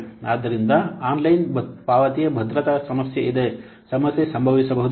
ಆದ್ದರಿಂದ ಆನ್ಲೈನ್ ಪಾವತಿಗೆ ಭದ್ರತಾ ಸಮಸ್ಯೆ ಇದೆ ಸಮಸ್ಯೆ ಸಂಭವಿಸಬಹುದು